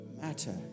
matter